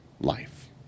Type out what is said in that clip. life